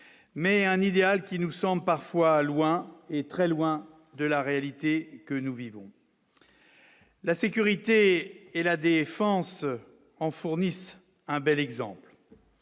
mais un idéal qui nous sommes parfois loin très loin de la réalité que nous vivons. La sécurité et la défense en fournissent un bel exemple